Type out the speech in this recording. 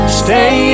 stay